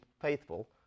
faithful